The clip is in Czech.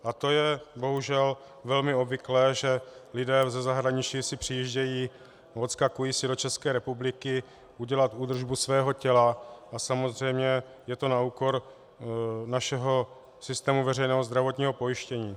A to je, bohužel, velmi obvyklé, že lidé ze zahraničí si přijíždějí, odskakují si do České republiky udělat údržbu svého těla, a samozřejmě je to na úkor našeho systému veřejného zdravotního pojištění.